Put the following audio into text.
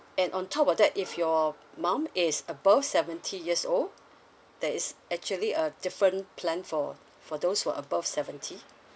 and on top of that if your mom is above seventy years old there is actually a different plan for for those who're above seventy